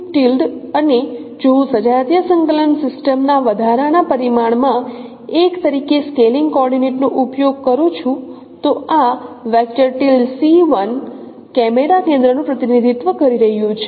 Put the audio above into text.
તેથી અને જો હું સજાતીય સંકલન સિસ્ટમના વધારાના પરિમાણ માં 1 તરીકે સ્કેલિંગ કોઓર્ડિનેટ નો ઉપયોગ કરું છું તો આ કેમેરા કેન્દ્રનું પ્રતિનિધિત્વ કરી રહ્યું છે